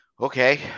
Okay